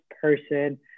person